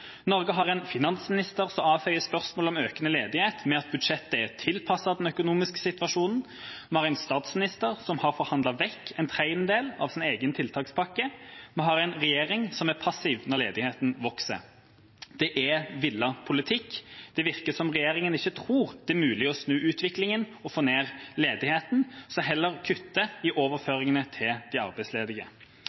Norge har en finansminister som avfeier spørsmål om økende ledighet med at budsjettet er tilpasset den økonomiske situasjonen. Vi har en statsminister som har forhandlet vekk en tredjedel av sin egen tiltakspakke. Vi har en regjering som er passiv når ledigheten vokser. Det er villet politikk. Det virker som om regjeringa ikke tror det er mulig å snu utviklinga og få ned ledigheten, så de kutter heller i overføringene til de arbeidsledige.